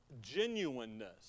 genuineness